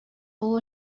булу